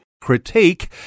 Critique